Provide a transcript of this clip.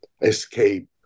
escape